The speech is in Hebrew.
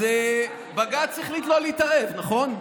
אז בג"ץ החליט לא להתערב, נכון?